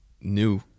new